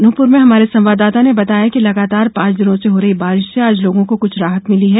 अनूपपुर से हमारे संवाददाता ने बताया कि लगातार पांच दिनों से हो रही बारिश से आज लोगों को कुछ राहत मिली है